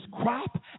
crop